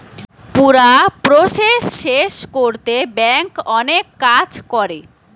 পুরা প্রসেস শেষ কোরতে ব্যাংক অনেক কাজ করে